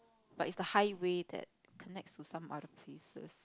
but if the highway that connects to some other places